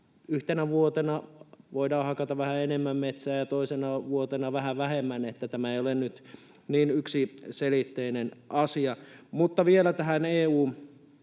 yhtenä vuotena voidaan hakata vähän enemmän metsää ja toisena vuotena vähän vähemmän — tämä ei ole nyt niin yksiselitteinen asia. Mutta vielä tähän EU:n